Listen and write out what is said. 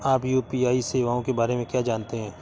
आप यू.पी.आई सेवाओं के बारे में क्या जानते हैं?